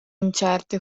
incerte